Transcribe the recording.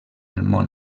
món